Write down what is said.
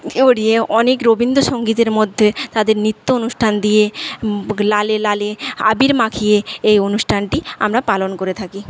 পরিয়ে অনেক রবীন্দ্রসঙ্গীতের মধ্যে তাদের নৃত্য অনুষ্ঠান দিয়ে লালে লালে আবির মাখিয়ে এই অনুষ্ঠানটি আমরা পালন করে থাকি